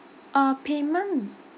uh payment